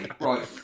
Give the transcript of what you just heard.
Right